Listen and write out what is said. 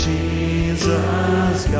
Jesus